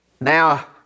Now